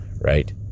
right